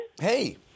Hey